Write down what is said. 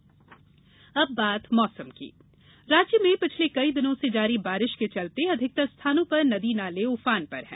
मौसम राज्य में पिछले कई दिनों से जारी बारिश के चलते अधिकतर स्थानों पर नदी नाले उफान पर हैं